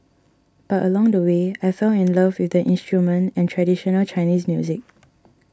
but along the way I fell in love with the instrument and traditional Chinese music